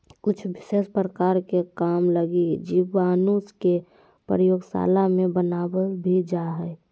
कुछ विशेष प्रकार के काम लगी जीवाणु के प्रयोगशाला मे बनावल भी जा हय